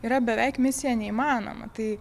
yra beveik misija neįmanoma tai